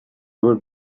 would